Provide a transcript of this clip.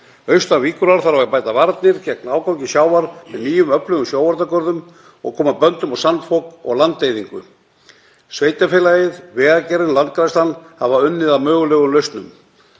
Austan Víkurár þarf að bæta varnir gegn ágangi sjávar með nýjum og öflugum sjóvarnargörðum og koma böndum á sandfok og landeyðingu. Sveitarfélagið, Vegagerðin og Landgræðslan hafa unnið að mögulegum lausnum.